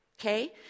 okay